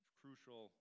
crucial